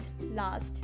last